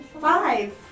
Five